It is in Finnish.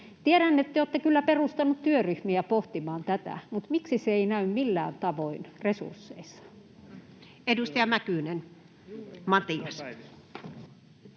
Tiedän, että te olette kyllä perustaneet työryhmiä pohtimaan tätä, mutta miksi se ei näy millään tavoin resursseissa? [Speech 68] Speaker: